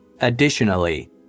Additionally